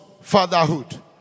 fatherhood